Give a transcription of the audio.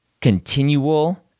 continual